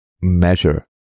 measure